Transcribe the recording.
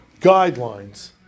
guidelines